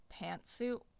pantsuit